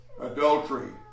adultery